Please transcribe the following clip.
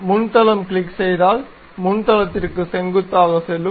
முன் தளம் கிளிக் செய்தால் முன் தளத்திற்கு செங்குத்தாக செல்லும்